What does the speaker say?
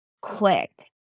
quick